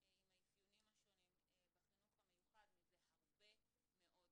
עם האפיונים השונים בחינוך המיוחד מזה הרבה מאוד שנים.